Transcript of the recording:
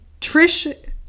Trish